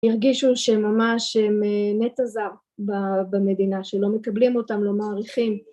הם הרגישו שממש הם נטע זר במדינה, שלא מקבלים אותם, לא מעריכים.